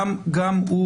גם הוא